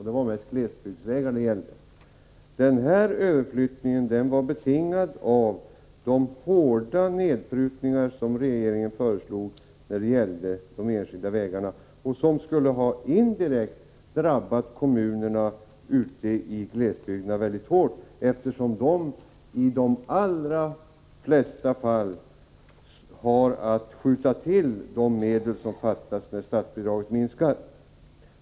Det var mest glesbygdsvägar det gällde, och den överflyttningen var betingad av de hårda nedprutningar som regeringen föreslog när det gällde de enskilda vägarna. Den prutningen skulle indirekt ha drabbat glesbygdskommunerna väldigt hårt, eftersom de i de allra flesta fall har att skjuta till de medel som fattas när statsbidraget minskar.